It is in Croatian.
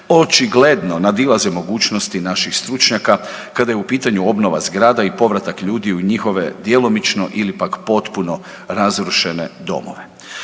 očigledno nadilaze mogućnosti naših stručnjaka kada je u pitanju obnova zgrada i povratak ljudi u njihove djelomično ili pak potpuno razrušene domove.